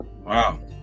Wow